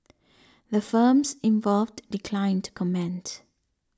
the firms involved declined to comment